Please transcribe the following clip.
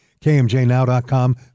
kmjnow.com